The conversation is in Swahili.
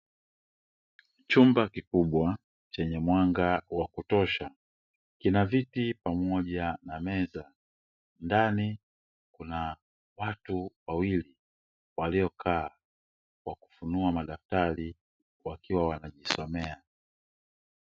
Chumba kikubwa chenye mwanga wa kutosha kina viti pamoja na meza ndani kuna watu wawili waliokaa wakifunua madaftari wakiwa wanajisomea.